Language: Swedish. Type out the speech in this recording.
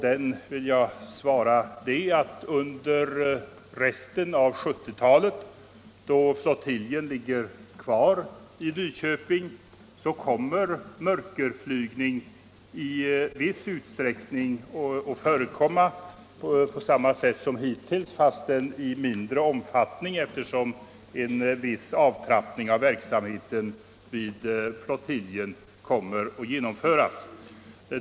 Jag vill svara att under resten av 1970-talet, då flygflottiljen ligger kvar i Nyköping, kommer mörkerflygning i viss utsträckning att förekomma på samma sätt som hittills fastän i mindre omfattning, eftersom en viss avtrappning av verksamheten vid flottiljen kommer att genomföras.